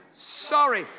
Sorry